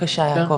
כן בבקשה יעקב.